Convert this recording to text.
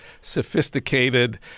sophisticated